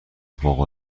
فوق